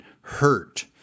hurt